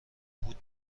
بود